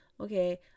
okay